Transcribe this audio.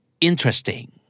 interesting